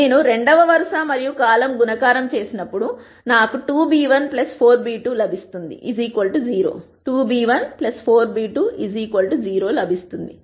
నేను రెండవ వరుస మరియు కాలమ్ గుణకారం చేసినప్పుడు నాకు 2b1 4b2 0 లభిస్తుంది